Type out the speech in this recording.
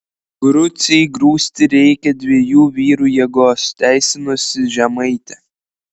grucei grūsti reikia dviejų vyrų jėgos teisinosi žemaitė